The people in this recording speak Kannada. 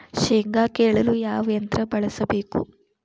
ಶೇಂಗಾ ಕೇಳಲು ಯಾವ ಯಂತ್ರ ಬಳಸಬೇಕು?